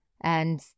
and-